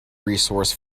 resource